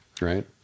Right